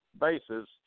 bases